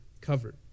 covered